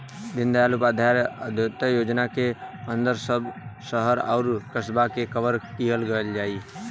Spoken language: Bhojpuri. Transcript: दीनदयाल उपाध्याय अंत्योदय योजना के अंदर सब शहर आउर कस्बा के कवर किहल जाई